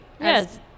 Yes